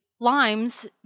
limes